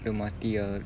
dia mati ah